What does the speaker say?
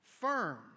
firm